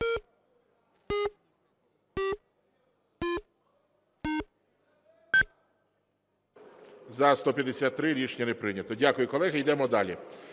За-153 Рішення прийнято. Дякую, колеги. Йдемо далі.